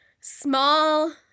small